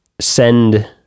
send